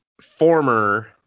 former